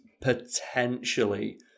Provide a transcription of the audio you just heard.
potentially